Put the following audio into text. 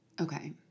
Okay